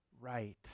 right